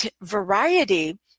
variety